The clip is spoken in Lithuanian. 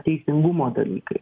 teisingumo dalykai